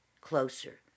closer